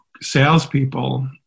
salespeople